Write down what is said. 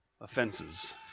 offenses